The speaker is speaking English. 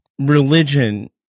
religion